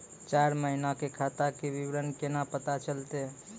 चार महिना के खाता के विवरण केना पता चलतै?